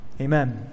Amen